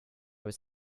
was